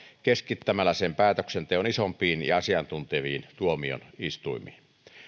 keskittämällä päätöksenteon isompiin ja asiantunteviin tuomioistuimiin